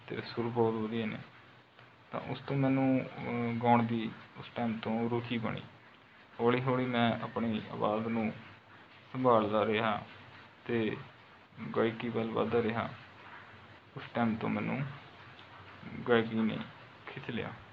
ਤੇਰੇ ਸੁਰ ਬਹੁਤ ਵਧੀਆ ਨੇ ਤਾਂ ਉਸ ਤੋਂ ਮੈਨੂੰ ਗਾਉਣ ਦੀ ਉਸ ਟਾਈਮ ਤੋਂ ਰੁਚੀ ਬਣੀ ਹੌਲੀ ਹੌਲੀ ਮੈਂ ਆਪਣੀ ਆਵਾਜ਼ ਨੂੰ ਸੰਭਾਲਦਾ ਰਿਹਾ ਅਤੇ ਗਾਇਕੀ ਵੱਲ ਵੱਧਦਾ ਰਿਹਾ ਉਸ ਟਾਈਮ ਤੋਂ ਮੈਨੂੰ ਗਾਇਕੀ ਨੇ ਖਿੱਚ ਲਿਆ